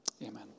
Amen